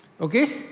Okay